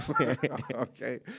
okay